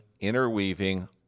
interweaving